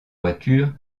voiture